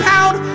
pound